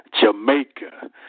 Jamaica